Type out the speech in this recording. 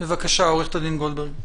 בבקשה, עו"ד גולדברג.